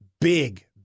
big